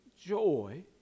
joy